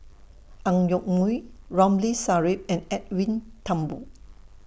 Ang Yoke Mooi Ramli Sarip and Edwin Thumboo